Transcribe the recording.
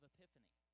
Epiphany